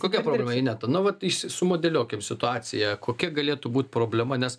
kokia problema ineta nu vat sumodeliuokim situaciją kokia galėtų būt problema nes